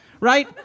Right